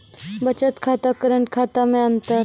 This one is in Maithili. बचत खाता करेंट खाता मे अंतर?